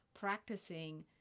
practicing